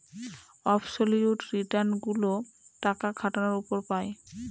absolute return গুলো টাকা খাটানোর উপর পাই